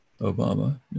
Obama